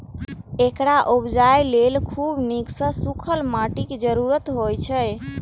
एकरा उपजाबय लेल खूब नीक सं सूखल माटिक जरूरत होइ छै